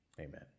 Amen